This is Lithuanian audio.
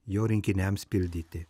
jo rinkiniams pildyti